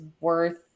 worth